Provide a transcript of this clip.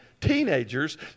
teenagers